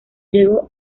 llegó